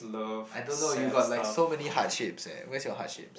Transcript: I don't know you got like so many heart shapes eh where's your heart shapes